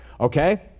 Okay